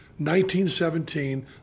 1917